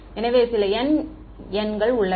எனவே சில n எண்கள் உள்ளன